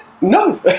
No